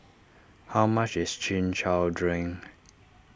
how much is Chin Chow Drink